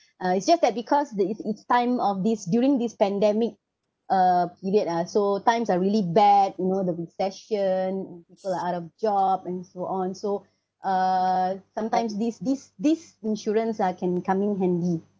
uh it's just that because the it's it's time of this during this pandemic uh period ah so times are really bad you know the recession people are out of job and so on so uh sometimes these these these insurance are can come in handy